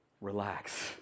relax